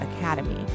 academy